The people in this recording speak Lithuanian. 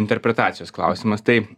interpretacijos klausimas tai